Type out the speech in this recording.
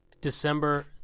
december